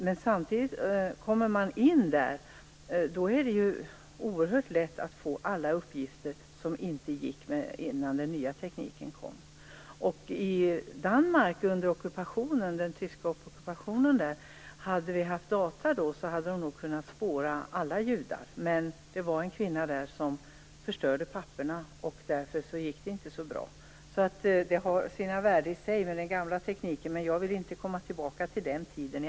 Men kommer man in i registren är det oerhört lätt att få alla uppgifter, vilket inte gick innan den nya tekniken kom. Om vi hade haft databehandling under den tyska ockupationen av Danmark hade man nog kunnat spåra all judar. Men det var en kvinna där som förstörde papperen, och därför gick det inte så bra. Det har sitt värde med den gamla tekniken, men jag vill ändå inte komma tillbaka till den tiden.